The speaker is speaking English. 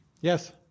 Yes